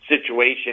situation